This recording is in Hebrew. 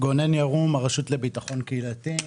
הרשות לביטחון קהילתי,